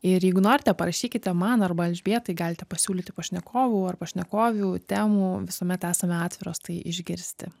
ir jeigu norite parašykite man arba elžbietai galite pasiūlyti pašnekovų ar pašnekovių temų visuomet esame atviros tai išgirsti